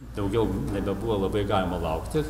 daugiau nebebuvo labai galima laukti